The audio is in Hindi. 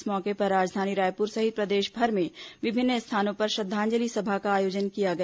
इस मौके पर राजधानी रायपुर सहित प्रदेशभर में विभिन्न स्थानों पर श्रद्वांजलि सभा का आयोजन किया गया